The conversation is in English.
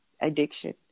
addiction